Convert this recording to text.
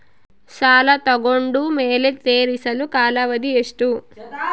ಸಾಲ ತಗೊಂಡು ಮೇಲೆ ತೇರಿಸಲು ಕಾಲಾವಧಿ ಎಷ್ಟು?